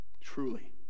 Truly